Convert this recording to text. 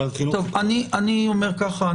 אני אומר ככה.